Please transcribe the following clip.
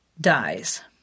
dies